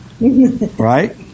Right